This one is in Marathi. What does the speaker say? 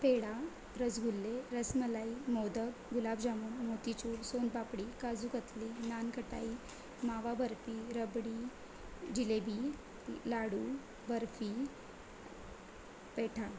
पेढा रसगुल्ले रसमलाई मोदक गुलाबजामुन मोतीचूर सोनपापडी काजू कतली नानकटाई मावा बर्फी रबडी जिलेबी ल लाडू बर्फी पेठा